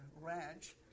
Ranch